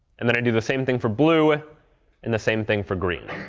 and then i do the same thing for blue and the same thing for green.